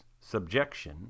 subjection